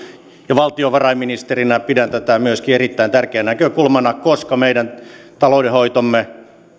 valtiovarainministerinä pidän tätä myöskin erittäin tärkeänä näkökulmana koska meidän taloudenhoitomme